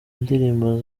ndirimbo